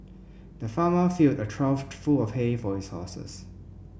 the farmer filled a trough full of hay for his horses